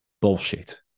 Bullshit